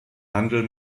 handel